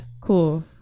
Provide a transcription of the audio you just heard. Cool